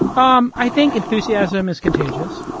um i think enthusiasm is contagious.